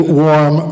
warm